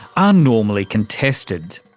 are normally contested.